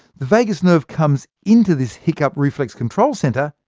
the vagus nerve comes into this hiccup reflex control centre,